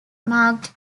marked